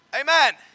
Amen